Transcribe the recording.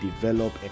develop